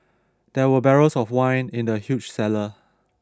there were barrels of wine in the huge cellar